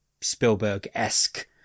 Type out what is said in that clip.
spielberg-esque